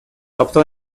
optó